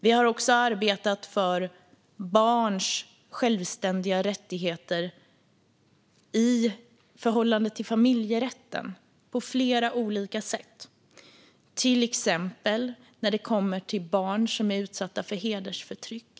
Vi har också arbetat för barns självständiga rättigheter i förhållande till familjerätten på flera olika sätt, till exempel när det gäller barn som är utsatta för hedersförtryck.